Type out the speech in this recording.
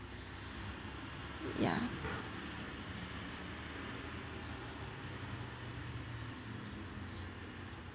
ya